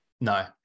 No